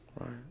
right